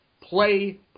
play